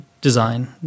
design